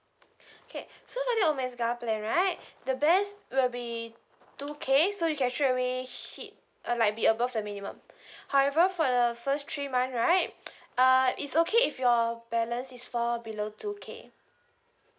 okay so for this omega plan right the best will be two K so you can straight away hit uh like be above the minimum however for the first three month right uh it's okay if your balance is fall below two K